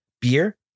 beer